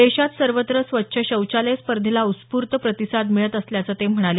देशात सर्वत्र स्वच्छ शौचालय स्पर्धेला उत्स्फूर्त प्रतिसाद मिळत असल्याचं ते म्हणाले